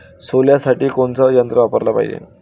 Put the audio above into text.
सोल्यासाठी कोनचं यंत्र वापराले पायजे?